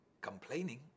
Complaining